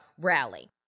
rally